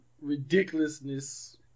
ridiculousness